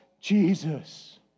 Jesus